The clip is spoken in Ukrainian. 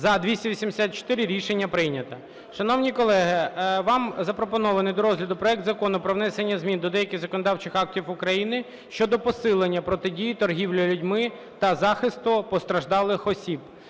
За-284 Рішення прийнято. Шановні колеги, вам запропонований до розгляду проект Закону про внесення змін до деяких законодавчих актів України щодо посилення протидії торгівлі людьми та захисту постраждалих осіб